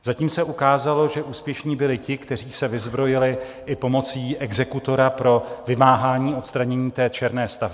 Zatím se ukázalo, že úspěšní byli ti, kteří se vyzbrojili i pomocí exekutora pro vymáhání odstranění černé stavby.